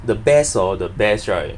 the best hor the best right